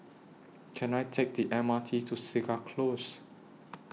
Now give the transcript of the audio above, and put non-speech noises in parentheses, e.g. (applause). Can I Take The M R T to Segar Close (noise)